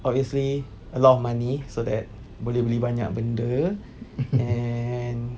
obviously a lot of money so that boleh beli banyak benda and